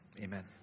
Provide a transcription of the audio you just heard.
Amen